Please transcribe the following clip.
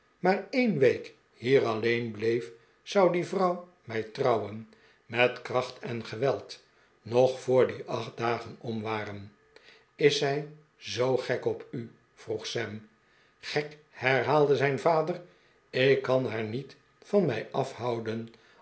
maar een week hier alleen bleef zou die vrouw mij trouwen met kracht en geweld nog voor die acht dagen om waren is zij zoo gek op u vroeg sam gek herhaalde zijn vader ik kan haar niet van mij afhouden